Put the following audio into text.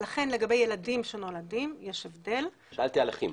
לכן לגבי ילדים שנולדים --- שאלתי על אחים.